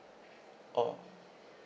orh